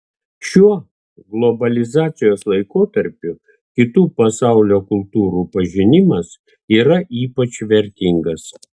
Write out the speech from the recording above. šiuo globalizacijos laikotarpiu kitų pasaulio kultūrų pažinimas yra ypač vertingas